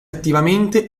attivamente